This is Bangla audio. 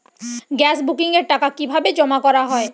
গ্যাস বুকিংয়ের টাকা কিভাবে জমা করা হয়?